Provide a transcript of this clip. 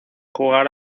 jugar